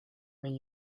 when